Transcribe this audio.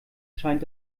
scheint